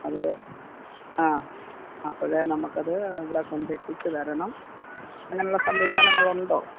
അത് ആ അപ്പഴേ നമുക്ക് അത് ഇവിടെക്കൊണ്ടെത്തിച്ച് തരണം അതിനുള്ള സംവിധാനങ്ങളുണ്ടോ